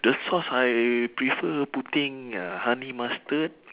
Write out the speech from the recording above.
the sauce I prefer putting ya honey mustard